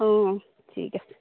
অঁ অঁ ঠিক আছে